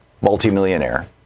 multimillionaire